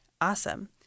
awesome